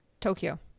Tokyo